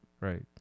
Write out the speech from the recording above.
Right